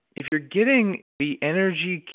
if you're getting the energy,